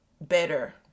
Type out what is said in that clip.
better